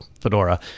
Fedora